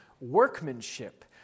workmanship